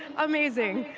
amazing,